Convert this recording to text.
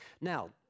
Now